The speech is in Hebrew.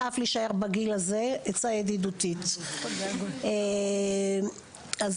עצה ידידותית, תשאפו להישאר בגיל הזה.